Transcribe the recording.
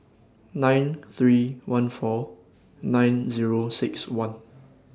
nine three one four nine Zero six one